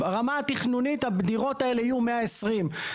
ברמה התכנונית, הדירות האלה יהיו 120 מ"ר.